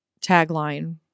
tagline